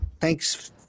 thanks